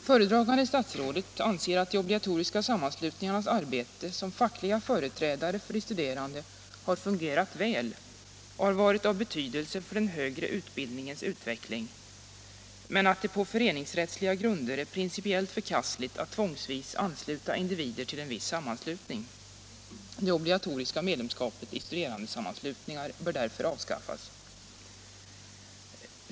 Föredragande statsrådet anser att de obligatoriska sammanslutningarnas arbete som fackliga företrädare för de studerande har fungerat väl och varit av betydelse för den högre utbildningens utveckling, men att det på föreningsrättsliga grunder är principiellt förkastligt att tvångsvis ansluta individer till en viss sammanslutning. Det obligatoriska medlemskapet i studerandesammanslutningar bör därför avskaffas.